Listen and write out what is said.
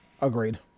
Agreed